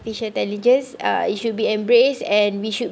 ~ficial intelligence uh it should be embraced and we should